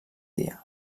dia